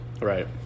right